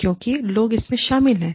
क्योंकि लोग इसमें शामिल हैं